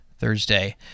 thursday